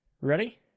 Ready